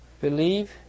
believe